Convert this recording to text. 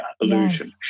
illusion